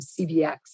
CBX